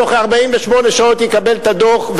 בתוך 48 שעות יקבל את הדוח,